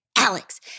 Alex